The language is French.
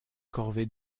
corvées